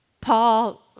Paul